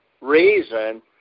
reason